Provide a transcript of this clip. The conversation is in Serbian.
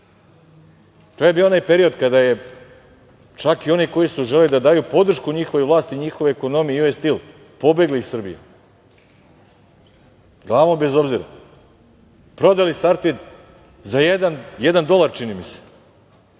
je bio onaj period kada je čak i oni koji su želeli da daju podršku njihovoj vlasti i njihovoj ekonomiji „US Stil“ pobegli iz Srbije, glavom bez obzira. Prodali „Sartid“ za jedan dolar, samo da ne